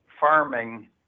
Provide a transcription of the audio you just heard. farming